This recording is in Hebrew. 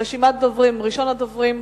רשימת הדוברים: ראשון הדוברים,